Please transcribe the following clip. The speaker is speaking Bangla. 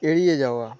এড়িয়ে যাওয়া